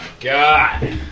god